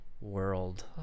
world